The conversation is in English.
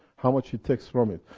how much it takes from it,